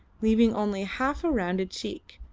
leaving only half a rounded cheek,